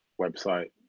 website